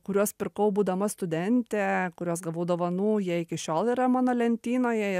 kuriuos pirkau būdama studentė kuriuos gavau dovanų jie iki šiol yra mano lentynoje ir